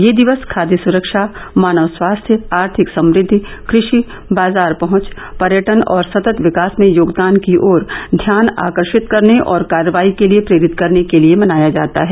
यह दिवस खाद्य सुरक्षा मानव स्वास्थ्य आर्थिक समृद्धि कृषि बाजार पहुंच पर्यटन और सतत विकास में योगदान की ओर ध्यान आकर्षित करने और कार्रवाई के लिए प्रेरित करने के लिए मनाया जाता है